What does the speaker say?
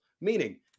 meaning